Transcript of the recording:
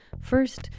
First